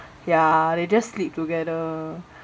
yeah they just sleep together